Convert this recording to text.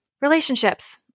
relationships